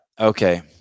Okay